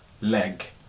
leg